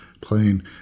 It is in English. playing